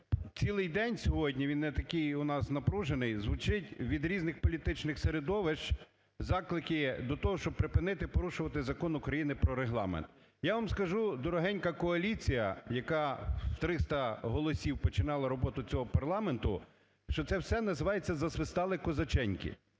цілий день сьогодні, він не такий у нас напружений, звучить від різних політичних середовищ заклики до того, щоб припинити порушувати Закон України про Регламент. Я вам скажу, дорогенька коаліція, яка в 300 голосів починала роботу цього парламенту, що це все називається "засвистали козаченьки".